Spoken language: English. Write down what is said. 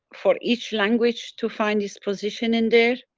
for each language to find its position in there.